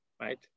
right